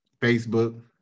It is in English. Facebook